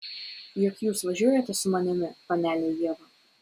juk jūs važiuojate su manimi panele ieva